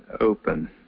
open